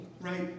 right